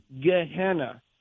Gehenna